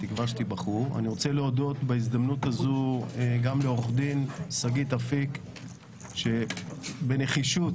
אני רוצה להודות לעורכת הדין שגית אפיק שפעלה בנחישות